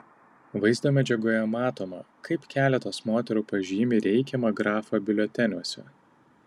vaizdo medžiagoje matoma kaip keletas moterų pažymi reikiamą grafą biuleteniuose